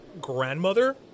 grandmother